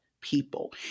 people